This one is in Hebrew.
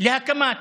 להקמת